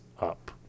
up